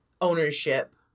ownership